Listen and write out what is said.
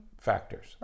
factors